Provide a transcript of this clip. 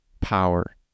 power